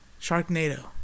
Sharknado